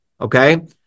Okay